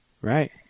Right